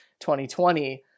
2020